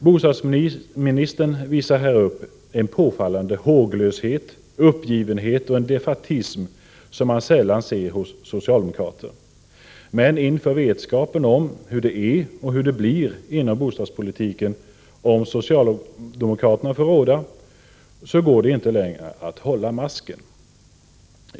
Bostadsministern visar här upp en påfallande håglöshet, uppgivenhet och en defaitism som man sällan ser hos socialdemokrater, men inför vetskapen om hur det är och hur det blir inom bostadspolitiken om socialdemokraterna får råda går det inte längre att hålla masken.